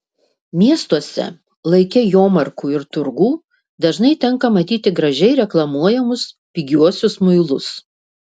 miestuose laike jomarkų ir turgų dažnai tenka matyti gražiai reklamuojamus pigiuosius muilus